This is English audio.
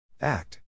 Act